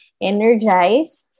energized